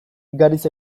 gariz